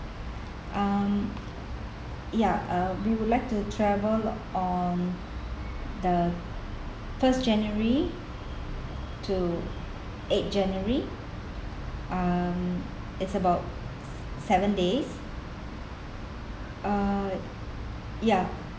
um ya um we would like to travel on the first january to eighth january um it's about se~ seven days uh ya